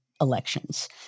elections